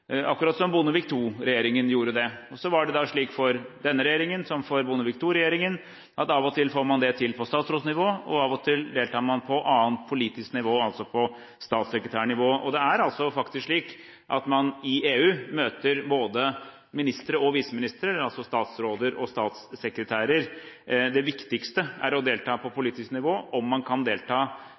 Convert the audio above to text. akkurat som Bondevik II-regjeringen gjorde det. Så er det da slik for denne regjeringen, som det var for Bondevik II-regjeringen, at av og til får man det til på statsrådsnivå og av og til deltar man på annet politisk nivå, altså på statssekretærnivå. Det er faktisk slik at man i EU møter både ministre og viseministre, altså statsråder og statssekretærer. Det viktigste er å delta på politisk nivå. Om man kan delta